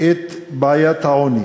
את בעיית העוני